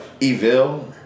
Evil